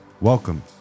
Welcome